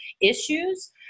issues